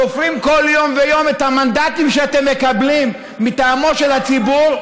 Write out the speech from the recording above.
סופרים כל יום ויום את המנדטים שאתם מקבלים מטעמו של הציבור,